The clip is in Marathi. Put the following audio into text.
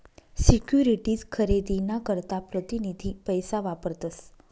सिक्युरीटीज खरेदी ना करता प्रतीनिधी पैसा वापरतस